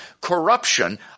corruption